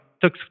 took